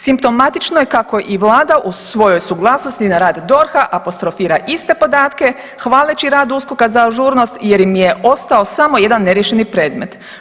Simptomatično je kao i Vlada u svojoj suglasnosti na rad DORH-a apostrofira iste podatke hvaleći rad USKOK-a za ažurnost jer im je ostao samo jedan neriješeni predmet.